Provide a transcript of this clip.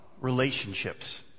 relationships